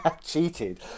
cheated